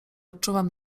odczuwam